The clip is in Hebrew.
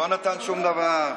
הישיבה הבאה,